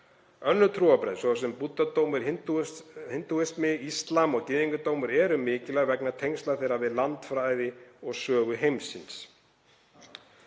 Önnur trúarbrögð, svo sem búddadómur, hindúasiður, íslam og gyðingdómur, eru mikilvæg vegna tengsla þeirra við landafræði og sögu heimsins.